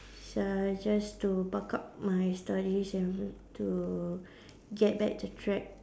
suggest to buck up my studies and to get back to track